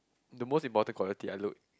the most important quality I look